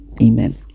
Amen